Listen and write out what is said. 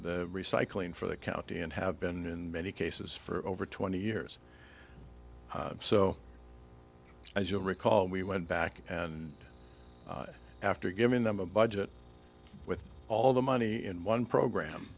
the recycling for the county and have been in many cases for over twenty years so as you recall we went back and after giving them a budget with all the money in one program